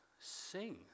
sing